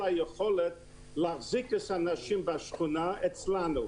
להחזיק את האנשים בשכונה אצלנו.